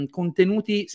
contenuti